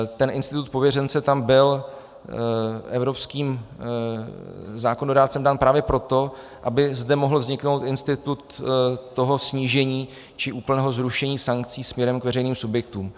Ten institut pověřence tam byl evropským zákonodárcem dán právě proto, aby zde mohl vzniknout institut toho snížení či úplného zrušení sankcí směrem k veřejným subjektům.